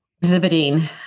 exhibiting